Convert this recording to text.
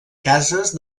cases